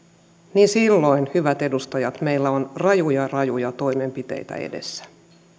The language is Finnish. niin silloin hyvät edustajat meillä on rajuja rajuja toimenpiteitä edessä